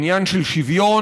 עניין של שוויון,